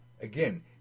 again